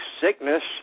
sickness